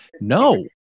No